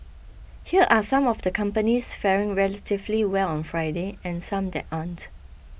here are some of the companies faring relatively well on Friday and some that aren't